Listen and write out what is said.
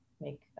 make